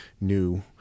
new